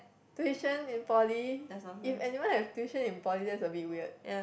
tuition in Poly if anyone have tuition in Poly that's a bit weird